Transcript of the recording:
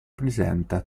presenta